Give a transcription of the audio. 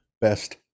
best